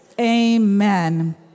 Amen